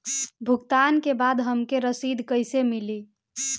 भुगतान के बाद हमके रसीद कईसे मिली?